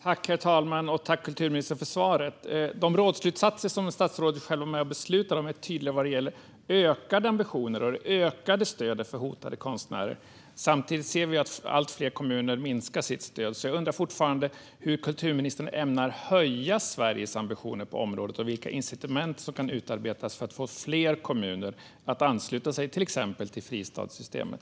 Herr talman! Jag tackar kulturministern för svaret. De rådsslutsatser som statsrådet själv var med och beslutade om är tydliga vad gäller ökade ambitioner och ökat stöd för hotade konstnärer. Samtidigt ser vi att allt fler kommuner i stället minskar sitt stöd. Jag undrar fortfarande hur kulturministern ämnar höja Sveriges ambitioner på området och vilka incitament som kan utarbetas för att få fler kommuner att ansluta sig till exempelvis fristadssystemet.